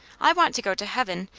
i want to go to heaven,